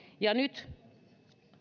nyt